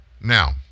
Now